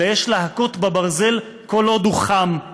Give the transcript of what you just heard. אלא יש להכות בברזל כל עוד הוא חם.